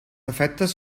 efectes